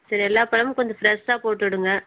சரி எல்லா பழமும் கொஞ்சம் ஃப்ரெஷ்ஷாக போட்டு விடுங்கள்